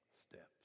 steps